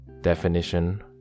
Definition